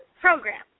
program